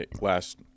last